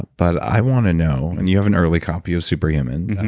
but i want to know. and you have an early copy of superhuman,